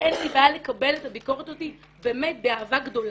אין לי בעיה לקבל את הביקורת הזאת באמת באהבה גדולה.